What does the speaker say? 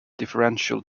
differential